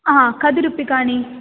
हा कति रूप्यकाणि